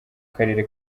karere